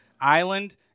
island